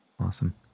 Awesome